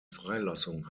freilassung